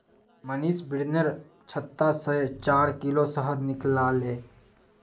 मनीष बिर्निर छत्ता से चार किलो शहद निकलाले